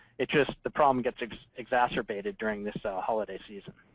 it just the problem gets exacerbated during this ah holiday season.